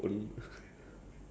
I don't think so eh